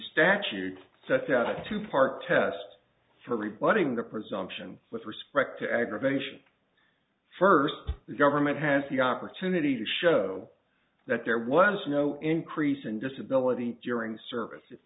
statute sets out a two part test for rebutting the presumption with respect to aggravation first the government has the opportunity to show that there was no increase in disability during service if